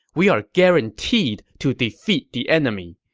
we're guaranteed to defeat the enemy.